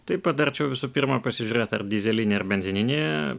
tai patarčiau visų pirma pasižiūrėti ar dyzelinį ir benzininį